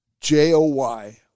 J-O-Y